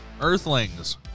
Earthlings